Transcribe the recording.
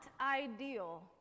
ideal